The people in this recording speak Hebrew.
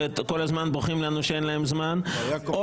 וכל הזמן בוכים לנו שאין להם זמן; או